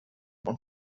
und